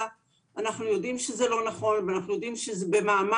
אנחנו יודעים שזה לא נכון ואנחנו יודעים שבמאמץ